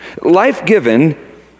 Life-given